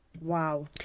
Wow